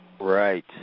Right